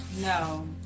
No